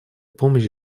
помощь